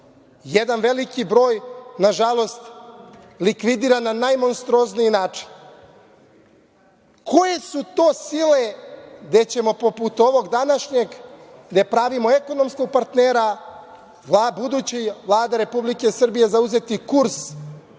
jedan veliki broj, nažalost likvidiran na najmonstruozniji način? Koje su to sile gde ćemo poput ovog današnjeg, gde pravimo ekonomskog partnera, buduća Vlada Republike Srbije zauzeti kurs